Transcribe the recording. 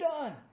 done